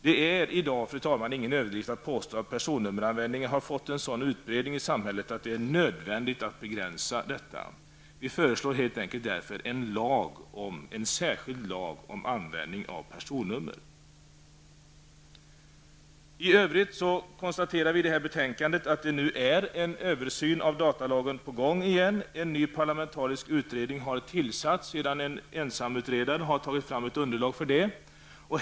Det är, fru talman, ingen överdrift i dag att påstå att personnummeranvändningen har fått en sådan utbredning i samhället, att det är nödvändigt att begränsa detta. Vi föreslår helt enkelt därför en särskild lag om användning av personnummer. I övrigt konstaterar vi i det här betänkandet att det nu är en översyn av datalagen på gång. En ny parlamentarisk utredning har tillsatts sedan en ensamutredare har tagit fram underlag för det.